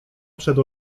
przed